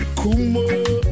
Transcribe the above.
kumo